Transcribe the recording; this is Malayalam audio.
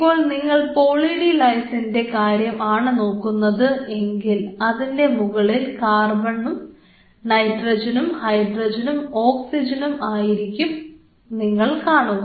ഇപ്പോൾ നിങ്ങൾ പോളി ഡി ലൈസിന്റെ കാര്യം ആണ് നോക്കുന്നത് എങ്കിൽ അതിൻറെ മുകളിൽ കാർബണും നൈട്രജനും ഹൈഡ്രജനും ഓക്സിജനും ആയിരിക്കും നിങ്ങൾ കാണുക